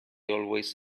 always